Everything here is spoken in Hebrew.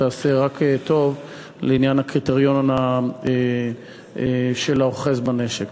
שתעשה רק טוב לעניין הקריטריון של האוחז בנשק.